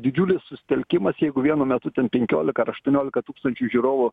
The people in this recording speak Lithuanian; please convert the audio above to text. didžiulis susitelkimas jeigu vienu metu ten penkiolika aštuoniolika tūkstančių žiūrovų